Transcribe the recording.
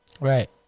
Right